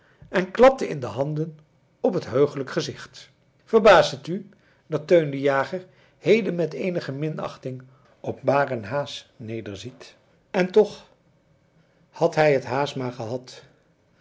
en klapte in de handen op het heugelijk gezicht verbaast het u dat teun de jager heden met eenige minachting op maar een haas nederziet en toch had hij het haas maar gehad